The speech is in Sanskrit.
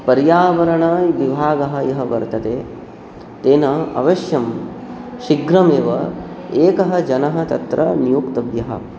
पर्यावरणविभागः यः वर्तते तेन अवश्यं शिघ्रमेव एकः जनः तत्र नियोक्तव्यः